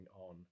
on